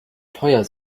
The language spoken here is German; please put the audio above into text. teuer